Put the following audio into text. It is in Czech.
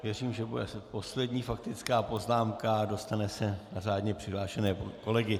Věřím, že to bude poslední faktická poznámka a dostane se na řádně přihlášené kolegy.